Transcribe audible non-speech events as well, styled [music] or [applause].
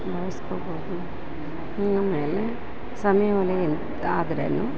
ಬಳ್ಸ್ಕೊಬೌದು ಆಮೇಲೆ ಸಮಯ [unintelligible] ಆದರೇನು